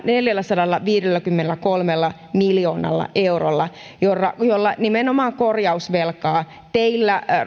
neljälläsadallaviidelläkymmenelläkolmella miljoonalla eurolla saadaan lisärahoitusta jolla nimenomaan korjausvelkaa teillä